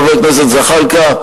חבר הכנסת זחאלקה,